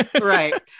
Right